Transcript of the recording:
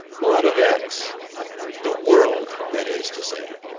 or out of x the world, that is to say.